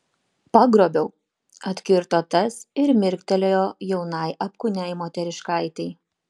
pagrobiau atkirto tas ir mirktelėjo jaunai apkūniai moteriškaitei